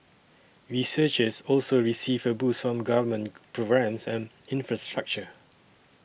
researchers also received a boost from government programmes and infrastructure